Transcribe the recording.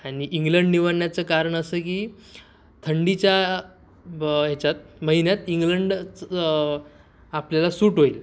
आनि इंग्लंड निवडण्याचं कारण असं की थंडीच्या ह्याच्यात महिन्यात इंग्लंडच आपल्याला सूट होईल